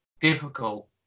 difficult